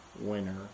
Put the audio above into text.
winner